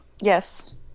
Yes